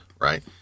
right